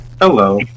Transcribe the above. Hello